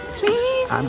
please